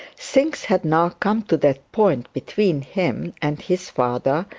things had now come to that point between him and his father,